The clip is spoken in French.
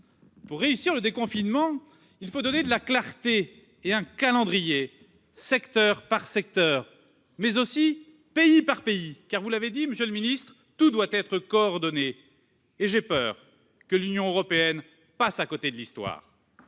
Pour réussir le déconfinement, il faut donner de la clarté et un calendrier, secteur par secteur, mais aussi pays par pays, car, vous l'avez dit, monsieur le ministre, tout doit être coordonné. J'ai peur que l'Union européenne ne passe à côté de l'histoire.